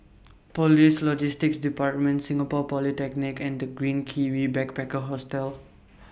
Police Logistics department Singapore Polytechnic and The Green Kiwi Backpacker Hostel